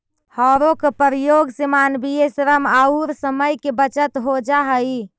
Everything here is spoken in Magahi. हौरो के प्रयोग से मानवीय श्रम औउर समय के बचत हो जा हई